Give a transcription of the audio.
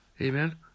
Amen